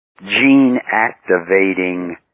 gene-activating